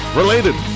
related